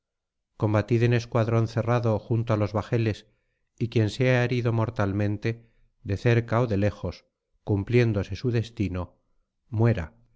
combatid en escuadrón cerrado junto á los bajeles y quien sea herido mortalmente de cerca ó de lejos cumpliéndose su destino muera